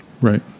Right